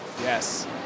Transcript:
Yes